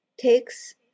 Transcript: takes